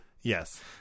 Yes